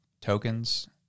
tokens